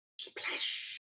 Splash